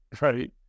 right